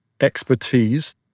expertise